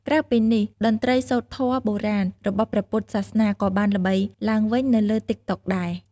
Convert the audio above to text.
ក្រៅពីនេះ តន្ត្រីសូត្រធម៌បុរាណ របស់ព្រះពុទ្ធសាសនា ក៏បានល្បីឡើងវិញនៅលើ តិកតុក ដែរ។